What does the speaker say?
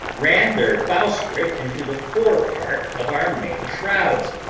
ran their bowsprit into the fore part of our main shrouds,